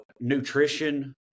nutrition